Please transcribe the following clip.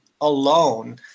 alone